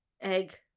Egg